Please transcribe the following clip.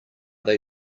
they